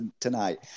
tonight